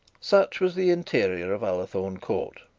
such was the interior of ullathorne court.